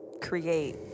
create